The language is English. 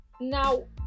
Now